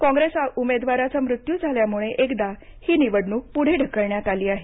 कॉंग्रेस उमेदवाराचा मृत्यू झाल्यामुळे एकदा ही निवडणूक पुढे ढकलण्यात आली आहे